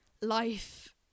life